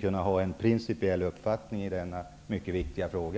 kunna ha en principiell uppfattning i denna mycket viktiga fråga.